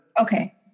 Okay